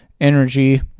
energy